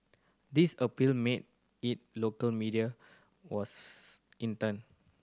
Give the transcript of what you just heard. this appeal made it local media was in turn